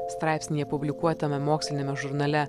straipsnyje publikuotame moksliniame žurnale